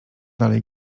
dalej